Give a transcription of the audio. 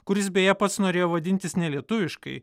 kuris beje pats norėjo vadintis nelietuviškai